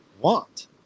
want